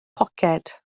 poced